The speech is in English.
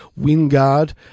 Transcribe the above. Wingard